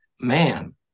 man